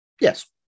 Yes